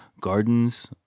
gardens